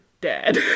dead